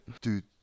Dude